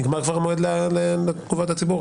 נגמר כבר המועד לתגובות הציבור,